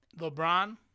LeBron